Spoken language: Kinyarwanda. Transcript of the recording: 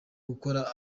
gukora